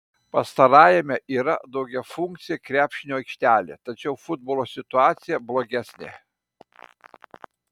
pastarajame yra daugiafunkcė krepšinio aikštelė tačiau futbolo situacija blogesnė